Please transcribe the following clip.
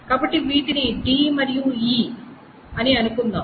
కాబట్టి వీటిని d మరియు e అని అనుకుందాం